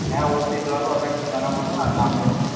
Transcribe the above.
হ্যাঁ অবশ্যই দিতে পারব আপনার ঠিকানা বলুন আর নাম বলুন